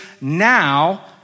now